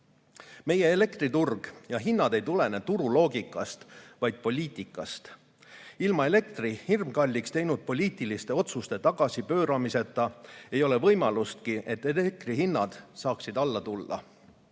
elektriturg ja hinnad ei tulene turuloogikast, vaid poliitikast. Ilma elektri hirmkalliks teinud poliitiliste otsuste tagasipööramiseta ei ole võimalustki, et elektrihinnad saaksid alla tulla.